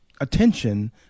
attention